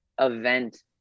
event